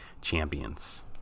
champions